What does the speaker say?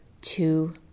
two